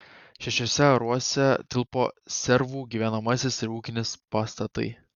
šešiuose aruose tilpo servų gyvenamasis ir ūkinis pastatai